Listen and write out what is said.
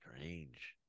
strange